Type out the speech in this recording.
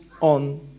on